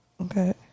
okay